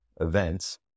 events